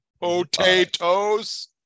Potatoes